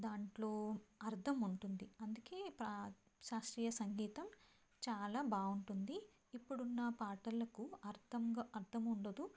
దాంట్లో అర్థం ఉంటుంది అందుకే శాస్త్రీయ సంగీతం చాలా బాగుంటుంది ఇప్పుడున్న పాటలకు అర్థంగా అర్థం ఉండదు